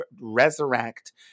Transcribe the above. resurrect